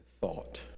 thought